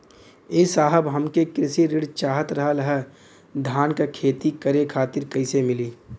ए साहब हमके कृषि ऋण चाहत रहल ह धान क खेती करे खातिर कईसे मीली?